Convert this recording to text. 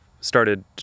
started